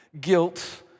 guilt